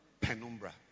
penumbra